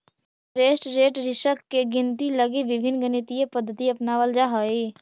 interest rate risk के गिनती लगी विभिन्न गणितीय पद्धति अपनावल जा हई